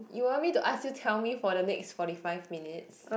you want me to ask you tell me for the next forty five minutes